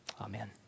Amen